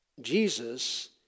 Jesus